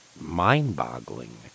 mind-boggling